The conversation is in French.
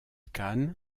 kahn